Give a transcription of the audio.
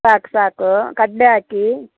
ಸಾಕು ಸಾಕು ಕಡಲೆ ಹಾಕಿ